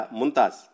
muntas